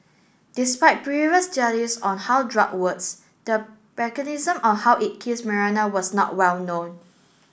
despite previous on how drug works the mechanism on how it kills malaria was not well known